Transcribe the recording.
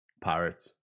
Pirates